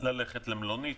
ללכת למלונית.